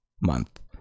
month